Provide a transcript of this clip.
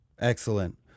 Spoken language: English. Excellent